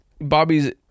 Bobby's